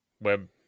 web